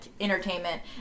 entertainment